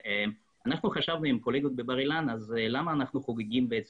ואנחנו עם קולגות בבר אילן חשבנו למה אנחנו חוגגים רק